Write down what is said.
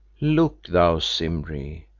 look thou, simbri,